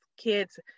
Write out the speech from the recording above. kids